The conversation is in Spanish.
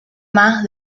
más